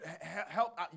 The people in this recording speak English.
help